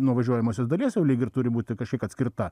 nuo važiuojamosios dalies jau lyg ir turi būti kažkiek atskirta